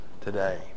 today